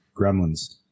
Gremlins